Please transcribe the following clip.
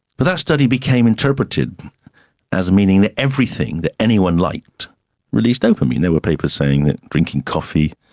but that study became interpreted as meaning that everything that anyone liked released dopamine. they were papers saying that drinking coffee,